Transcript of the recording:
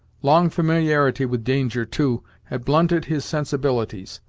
long familiarity with danger, too, had blunted his sensibilities.